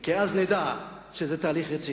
כי אז נדע שזה תהליך רציני,